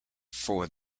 for